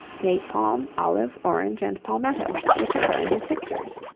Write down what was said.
date-palm, olive, orange, and palmetto, which occur in his pictures.